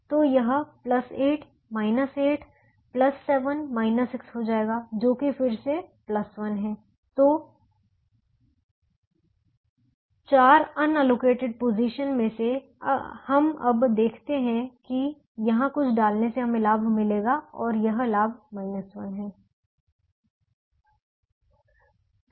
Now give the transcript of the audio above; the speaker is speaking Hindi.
तो यह 8 8 7 6 हो जाएगा जो फिर से 1 है तो 4 अनअलोकेटेड पोजीशन में से हम अब देखते हैं कि यहां कुछ डालने से हमें लाभ मिलेगा और यह लाभ 1 है